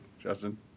Justin